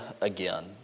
again